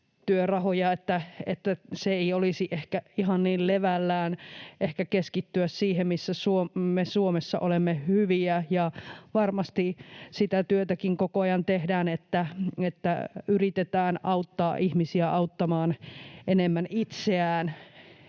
että ne eivät olisi ehkä ihan niin levällään, ehkä keskittyä siihen, missä me Suomessa olemme hyviä. Ja varmasti sitäkin työtä koko ajan tehdään, että yritetään auttaa ihmisiä auttamaan enemmän itseään